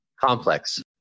complex